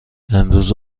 امروز